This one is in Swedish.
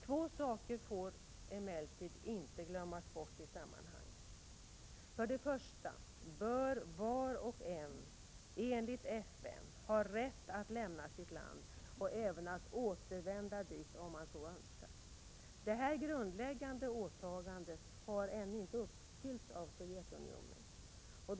Två saker får emellertid inte glömmas bort i sammanhanget: För det första bör var och en enligt FN ha rätt att lämna sitt land och även att återvända dit om man så önskar. Detta grundläggande åtagande har ännu inte uppfyllts av Sovjetunionen.